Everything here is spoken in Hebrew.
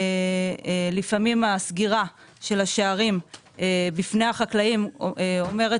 לפעמים הסגירה של השערים בפני החקלאים אומרת